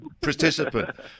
participant